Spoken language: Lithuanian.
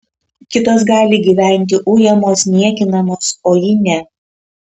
kitos gali gyventi ujamos niekinamos o ji ne